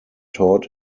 taught